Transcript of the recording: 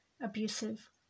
abusive